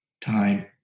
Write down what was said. time